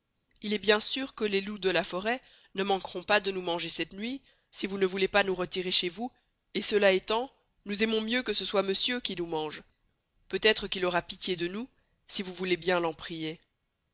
il est bien seur que les loups de la forest ne manqueront pas de nous manger cette nuit si vous ne voulez pas nous retirer chez vous et cela étant nous aimons mieux que ce soit monsieur qui nous mange peut estre qu'il aura pitié de nous si vous voulez bien l'en prier